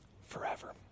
forever